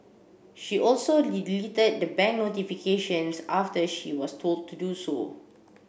she also deleted the bank notifications after she was told to do so